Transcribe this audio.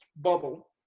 bubble